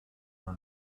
her